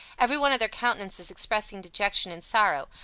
every one of their countenances expressing dejection and sorrow,